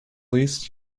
least